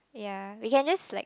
ya we can just like